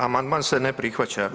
Amandman se ne prihvaća.